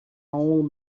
all